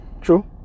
true